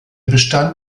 bestand